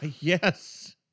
Yes